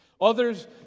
Others